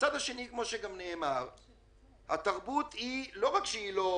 מהצד השני, התרבות היא לא רק פריבילגיה,